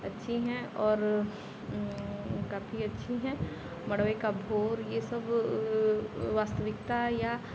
अच्छी हैं और काफी अच्छी हैं मड़बे का भोर यह सब वास्तविकता या